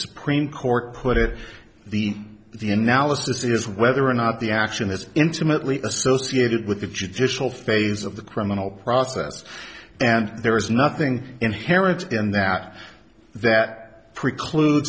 supreme court put it the the analysis is whether or not the action is intimately associated with the judicial phase of the criminal process and there is nothing inherent in that that preclude